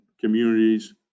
communities